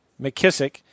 McKissick